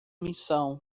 missão